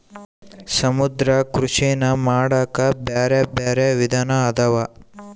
ಸಮುದ್ರ ಕೃಷಿನಾ ಮಾಡಾಕ ಬ್ಯಾರೆ ಬ್ಯಾರೆ ವಿಧಾನ ಅದಾವ